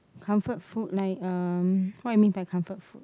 comfort food like um what you mean by comfort food